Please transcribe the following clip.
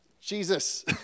Jesus